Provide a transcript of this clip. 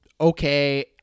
okay